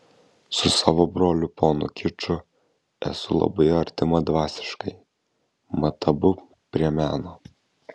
su savo broliu ponu kiču esu labai artima dvasiškai mat abu prie meno